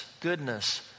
goodness